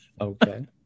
Okay